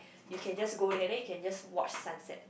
you can just go there then you can just watch sunset